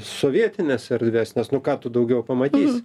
sovietinės erdvės nes nu ką tu daugiau pamatys